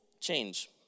change